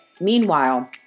Meanwhile